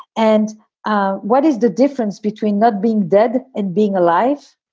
and and what is the difference between not being dead and being alive?